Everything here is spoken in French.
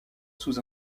sous